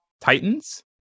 Titans